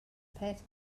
peth